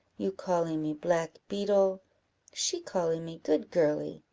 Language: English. you callee me black beetle she callee me good girly,